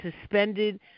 suspended